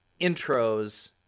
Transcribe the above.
intros